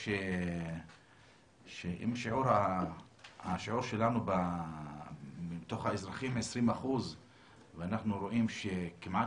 אם השיעור שלנו מתוך האזרחים הוא 20% ואנחנו רואים שכמעט